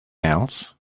else